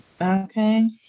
okay